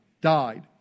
died